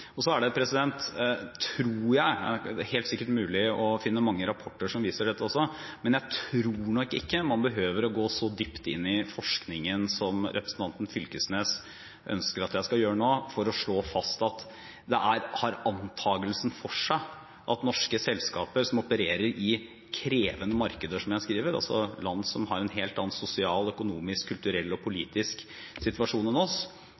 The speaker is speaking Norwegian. gå så dypt inn i forskningen som representanten Fylkesnes ønsker jeg skal gjøre nå, for å slå fast at det har antagelsen for seg at norske selskaper som opererer i krevende markeder, som jeg skriver, altså i land som har en helt annen sosial, økonomisk, kulturell og politisk situasjon enn oss,